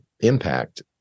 impact